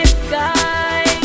sky